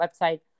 website